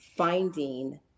finding